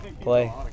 play